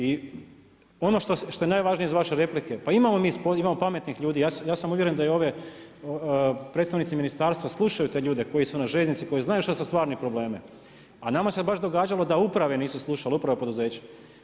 I ono što je najvažnije iz vaše replike, pa imamo mi pametnih ljudi, ja sam uvjeren da i ovi predstavnici ministarstva slušaju te ljude koji su na željeznici koji znaju šta su stvarni problemi, a nama se baš događale da uprave nisu slušale, uprave poduzeća.